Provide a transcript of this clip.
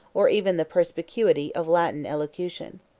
or even the perspicuity, of latin elocution.